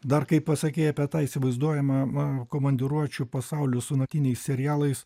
dar kai pasakei apie tą įsivaizduojamą komandiruočių pasaulį su naktiniais serialais